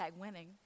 winning